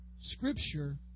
scripture